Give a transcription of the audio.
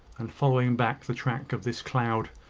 and following back the track of this cloud,